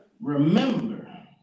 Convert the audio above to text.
Remember